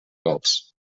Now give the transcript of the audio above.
cols